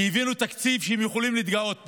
כי העבירו תקציב שהם יכולים להתגאות בו.